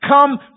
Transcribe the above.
come